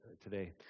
today